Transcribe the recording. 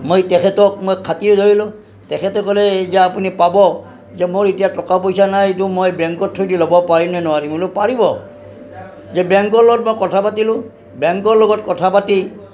মই তেখেতক মই খাতিৰ ধৰিলোঁ তেখেতে ক'লে এই যে আপুনি পাব যে মোৰ এতিয়া টকা পইচা নাই এইটো মই বেংকৰ থ্ৰ'য়েদি লব পাৰিম নে নোৱাৰিম বোলে পাৰিব যে বেংকৰ লগত মই কথা পাতিলোঁ বেংকৰ লগত কথা পাতি